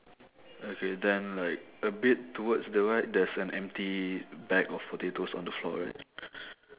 okay then like a bit towards the right there's an empty bag of potatoes on the floor right